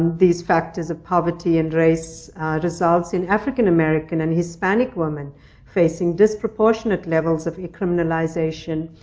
these factors of poverty and race results in african american and hispanic women facing disproportionate levels of criminalization,